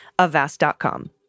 Avast.com